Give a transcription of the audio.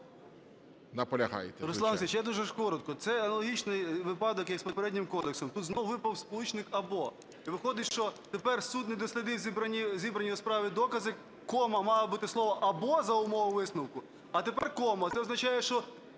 Руслан Олексійович, я дуже ж коротко. Це логічний випадок, як з попереднім кодексом. Тут знову виповз сполучник "або". І виходить, що тепер "суд не дослідить зібрані у справі докази (кома)", мало бути слово "або за умови висновку", а тепер кома. Це означає, що